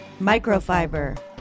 microfiber